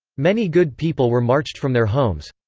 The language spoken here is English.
many good people were marched from their homes.